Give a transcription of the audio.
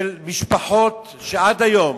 של משפחות שעד היום